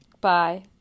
Bye